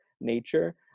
nature